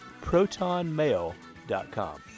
ProtonMail.com